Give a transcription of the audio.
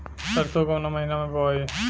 सरसो काउना महीना मे बोआई?